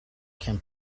can